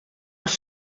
els